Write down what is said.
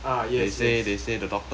ah yes yes